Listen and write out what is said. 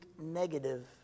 negative